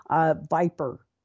Viper